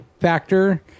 factor